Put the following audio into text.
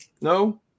No